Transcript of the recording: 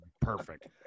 perfect